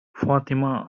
fatima